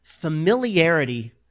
familiarity